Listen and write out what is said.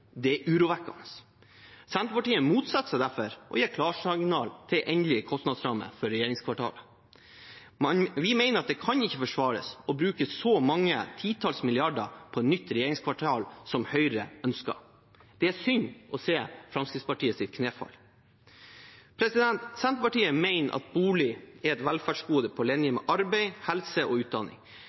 Det er urovekkende. Senterpartiet motsetter seg derfor å gi klarsignal til endelig kostnadsramme for regjeringskvartalet. Vi mener at det ikke kan forsvares å bruke så mange titalls milliarder på nytt regjeringskvartal som Høyre ønsker. Det er synd å se Fremskrittspartiets knefall. Senterpartiet mener at bolig er et velferdsgode på linje med arbeid, helse og utdanning.